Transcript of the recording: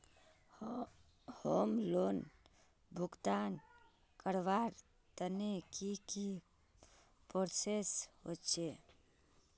Home loan भुगतान करवार तने की की प्रोसेस होचे?